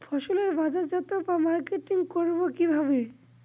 ফসলের বাজারজাত বা মার্কেটিং করব কিভাবে?